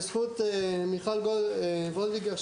בזכות מיכל וולדיגר,